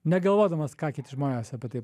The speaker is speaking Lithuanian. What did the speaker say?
negalvodamas ką kiti žmonės apie tai